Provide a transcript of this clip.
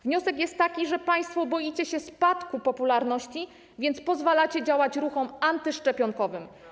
Wniosek jest taki, że państwo boicie się spadku popularności, więc pozwalacie działać ruchom antyszczepionkowym.